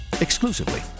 Exclusively